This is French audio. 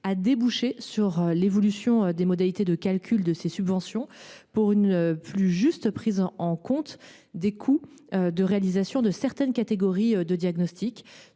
a débouché sur l’évolution des modalités de calcul de ces subventions pour une plus juste prise en compte des coûts de réalisation de certaines catégories de diagnostics,